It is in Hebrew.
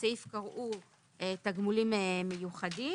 לסעיף קראו 'תגמולים מיוחדים',